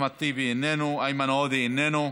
אחמד טיבי, איננו, איימן עודה, איננו,